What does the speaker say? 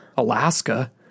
Alaska